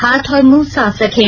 हाथ और मुंह साफ रखें